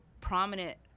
prominent